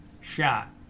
shot